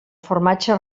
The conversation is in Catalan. formatge